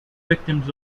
victims